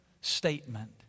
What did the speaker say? statement